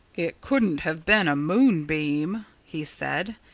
it couldn't have been a moonbeam, he said,